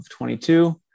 22